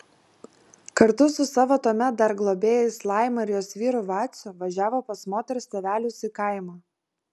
kartu su savo tuomet dar globėjais laima ir jos vyru vaciu važiavo pas moters tėvelius į kaimą